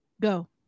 go